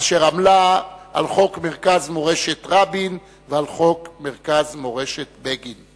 אשר עמלה על חוק מרכז מורשת רבין ועל חוק מרכז מורשת בגין.